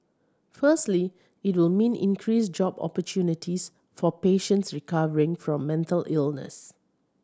firstly it will mean increased job opportunities for patients recovering from mental illness